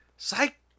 Psych